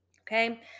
okay